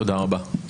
תודה רבה.